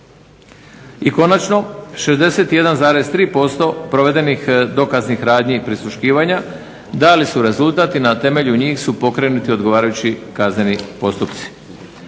I konačno, 61,3% provedenih dokaznih radnji i prisluškivanja dali su rezultat i na temelju njih su pokrenuti odgovarajući kazneni postupci.